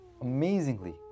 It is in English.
amazingly